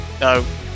no